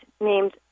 named